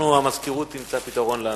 המזכירות תמצא פתרון לסוגיה.